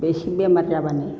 एसे बेमार जाब्लानो